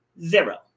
Zero